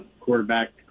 quarterback